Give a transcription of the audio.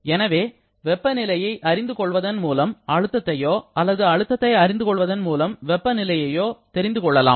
எனவே வெப்ப நிலையை அறிந்து கொள்வதன் மூலம் அழுத்தத்தையோ அல்லது அழுத்தத்தை அறிந்து கொள்வதன் மூலம் வெப்பநிலையையோ தெரிந்துகொள்ளலாம்